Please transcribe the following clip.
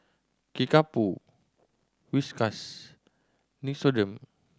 Kickapoo Whiskas Nixoderm